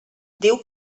diu